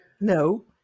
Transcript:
No